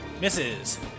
Misses